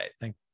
thank